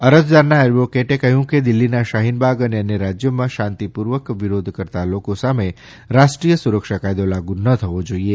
અરજદારના એડવોકેટે કહ્યુંકે દિલ્લીના શાહીનબાગ અને અન્ય રાજ્યોમાં શાંતિપૂર્વક વિરોધ કરતા લોકો સામે રાષ્ટ્રીય સુરક્ષા કાયદો લાગુ ન થવો જોઈએ